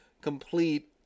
complete